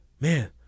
man